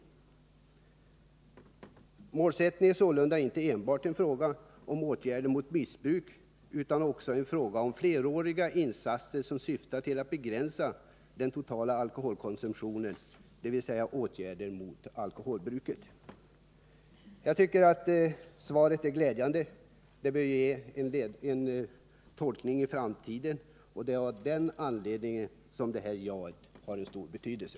Målsättningen är sålunda inte enbart en fråga om åtgärder mot missbruk, utan också en fråga om fleråriga insatser som syftar till att begränsa den totala alkoholkonsumtionen, dvs. åtgärder mot alkoholbruket. Jag tycker att svaret är glädjande. Det bör ge en tolkning för framtiden, och det är av den anledningen som detta ja har en stor betydelse.